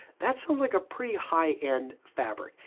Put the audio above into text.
that sounds like a pretty high-end fabric.